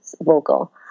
vocal